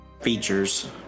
features